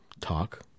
talk